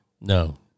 No